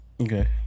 Okay